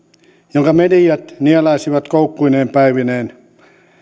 jonka mediat nielaisivat koukkuineen päivineen